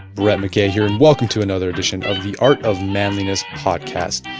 brett mckay here, and welcome to another edition of the art of manliness podcast.